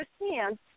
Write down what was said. understand